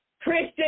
Christian